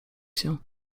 się